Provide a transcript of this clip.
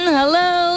Hello